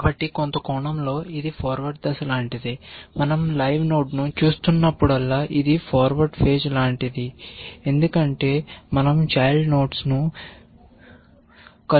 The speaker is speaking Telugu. కాబట్టి కొంత కోణంలో ఇది ఫార్వర్డ్ దశ లాంటిది మనం లైవ్ నోడ్ను చూస్తున్నప్పుడల్లా ఇది ఫార్వర్డ్ ఫేజ్ లాంటిది ఎందుకంటే మనం చైల్డ్ నోడ్స్ ను కలుపుతున్నాము